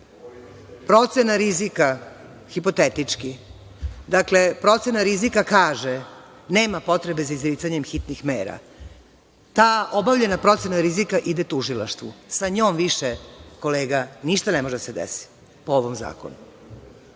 Procena rizika, hipotetički, dakle, procena rizika kaže – nema potrebe za izricanjem hitnih mera. Ta obavljena procena rizika ide tužilaštvu, sa njom više, kolega, ništa ne može da se desi po ovom zakonu,